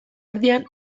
erdian